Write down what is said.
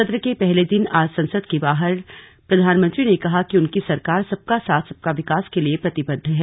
सत्र के पहले दिन आज संसद के बाहर प्रधानमंत्री ने कहा कि उनकी सरकार सबका साथ सबका विकास के लिए प्रतिबद्व है